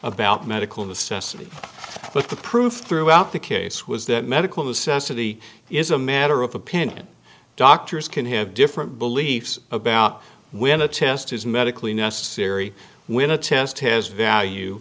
about medical necessity but the proof throughout the case was that medical necessity is a matter of opinion doctors can have different beliefs about when a test is medically necessary when a test has value